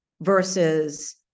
versus